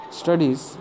studies